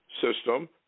system